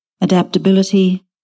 adaptability